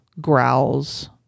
growls